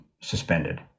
suspended